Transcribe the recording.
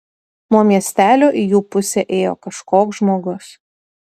nuo miestelio į jų pusę ėjo kažkoks žmogus